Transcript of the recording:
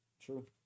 true